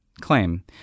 claim